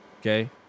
Okay